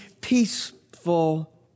peaceful